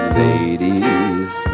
ladies